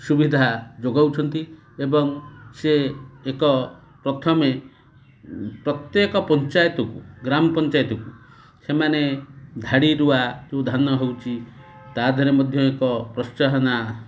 ସୁବିଧା ଯୋଗାଉଛନ୍ତି ଏବଂ ସିଏ ଏକ ପ୍ରଥମେ ପ୍ରତ୍ୟେକ ପଞ୍ଚାୟତକୁ ଗ୍ରାମ ପଞ୍ଚାୟତକୁ ସେମାନେ ଧାଡ଼ି ରୁଆ ଯେଉଁ ଧାନ ହେଉଛି ତା ଦେହରେ ମଧ୍ୟ ଏକ ପ୍ରୋତ୍ସାହନା